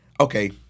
okay